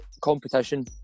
competition